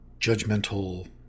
judgmental